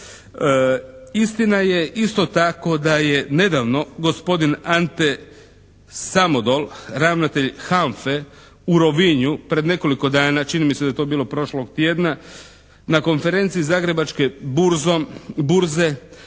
Istina je isto tako da je nedavno gospodin Ante Samodol ravnatelj HANFA-e u Rovinju pred nekoliko dana, čini mi se da je to bilo prošlog tjedna, na Konferencije Zagrebačke burze